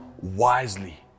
wisely